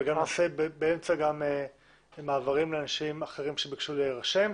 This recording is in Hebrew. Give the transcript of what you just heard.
נעשה באמצע גם מעברים לאנשים אחרים שביקשו להירשם.